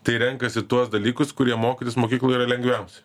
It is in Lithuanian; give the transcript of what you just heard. tai renkasi tuos dalykus kurie mokytis mokykloj yra lengviausia